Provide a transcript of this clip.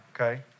okay